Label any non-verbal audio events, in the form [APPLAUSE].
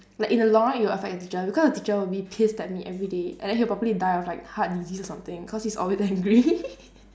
like in the long run it will affect the teacher because the teacher will be pissed at me everyday and then he will probably die of like heart disease or something because he's always angry [LAUGHS]